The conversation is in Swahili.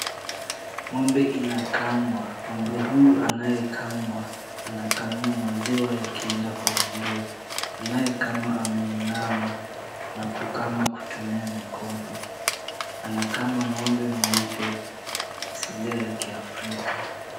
Ng'ombe inakamwa. Ng'ombe huyu anayekamwa anakamwa maziwa yakienda kwenye ndoo. Anayekama ameinama na kukama kutumia mikono. Anakama ng'ombe mweupe mwenye asilia ya kiafrika.